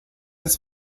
des